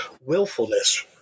willfulness